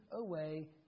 away